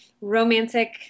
romantic